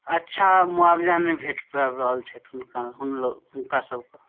अच्छा मुआवजा नहि भेटि पाबि रहल छथि हुनका हुन हुनकासबके